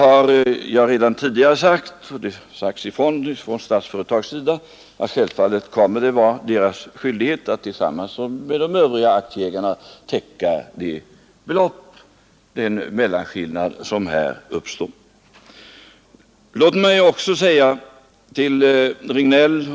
Jag har redan tidigare sagt, och det har också deklarerats från Statsföretag, att det självfallet är dess skyldighet att tillsammans med de övriga aktieägarna täcka den mellanskillnad som här uppstår.